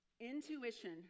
intuition